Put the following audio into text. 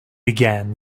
again